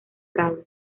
prado